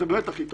זה באמת הכי טוב.